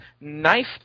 knife